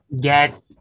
get